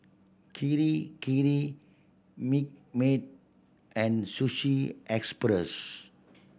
Kirei Kirei Milkmaid and Sushi Express